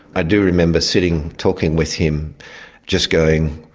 i do remember sitting talking with him just going,